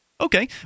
Okay